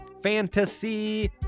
fantasy